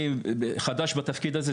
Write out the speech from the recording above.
אני חדש בתפקיד הזה,